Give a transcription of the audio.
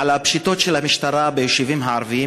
הודעה על הפשיטות של המשטרה ביישובים הערביים,